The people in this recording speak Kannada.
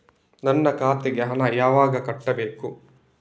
ನನ್ನ ಖಾತೆಗೆ ಹಣ ಯಾವಾಗ ಕಟ್ಟಬೇಕು?